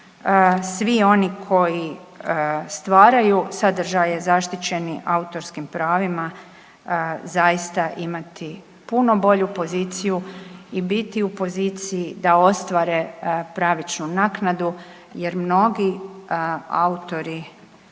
svi oni koji stvaraju sadržaje zaštićeni autorskim pravima zaista imati puno bolju poziciju i biti u poziciji da ostvare pravičnu naknadu jer mnogi autori